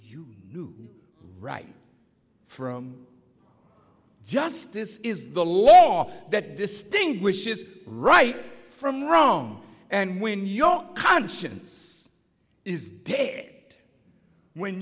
you knew right from justice is the law that distinguishes right from wrong and when your conscience is dead when